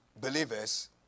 believers